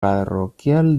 parroquial